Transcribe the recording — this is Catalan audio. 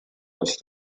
les